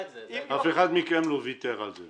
אף אחד מכם לא ויתר על זה.